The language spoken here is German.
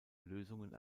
lösungen